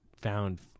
found